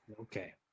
Okay